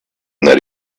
that